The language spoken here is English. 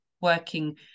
working